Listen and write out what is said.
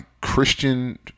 Christian